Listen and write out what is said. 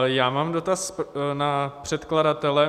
Já mám dotaz na předkladatele.